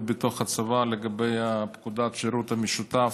בתוך הצבא לגבי פקודת השירות המשותף,